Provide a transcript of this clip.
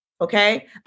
Okay